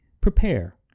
Prepare